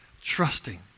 trusting